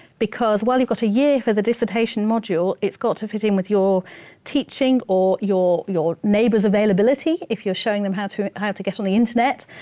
because while you've got a year for the dissertation module, it's got to fit in with your teaching or your your neighbour's availability if you're showing them how to how to get on the internet.